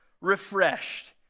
refreshed